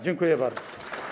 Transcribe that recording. Dziękuję bardzo.